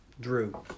Drew